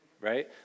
right